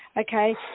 okay